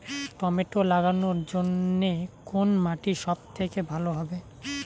Tomato লাগানোর জন্যে কোন মাটি সব থেকে ভালো হবে?